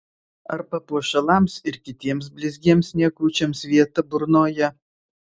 ar papuošalams ir kitiems blizgiems niekučiams vieta burnoje